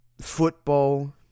football